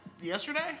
yesterday